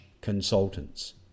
consultants